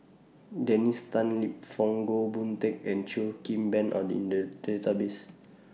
Dennis Tan Lip Fong Goh Boon Teck and Cheo Kim Ban Are in The Database